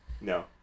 No